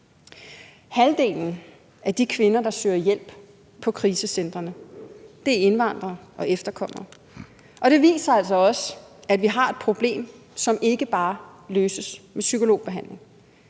Halvdelen af de kvinder, der søger hjælp på krisecentrene, er indvandrere og efterkommere. Og det viser altså også, at vi har et problem, som ikke bare løses med psykologbehandling.